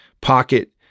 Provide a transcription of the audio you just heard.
pocket